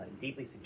deeply